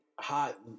hot